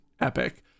epic